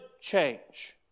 change